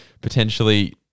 potentially